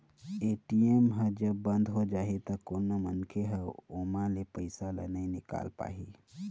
ATM ह जब बंद हो जाही त कोनो मनखे ह ओमा ले पइसा ल नइ निकाल पाही